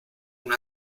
una